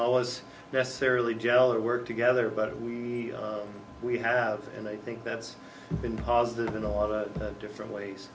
know was necessarily gel or work together but we we have and i think that's been positive in a lot of different ways